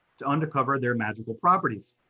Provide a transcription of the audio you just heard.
to uncover their magical properties.